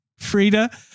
Frida